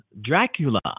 Dracula